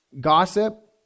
Gossip